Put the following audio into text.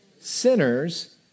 Sinners